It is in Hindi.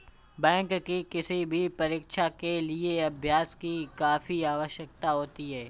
बैंक की किसी भी परीक्षा के लिए अभ्यास की काफी आवश्यकता होती है